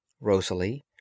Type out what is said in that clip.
Rosalie